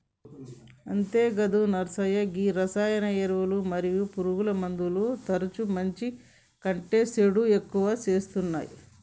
అంతేగాదు నర్సయ్య గీ రసాయన ఎరువులు మరియు పురుగుమందులు తరచుగా మంచి కంటే సేసుడి ఎక్కువ సేత్తునాయి